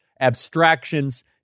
abstractions